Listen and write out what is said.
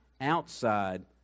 outside